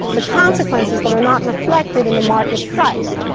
the consequences that are not reflected in the market price.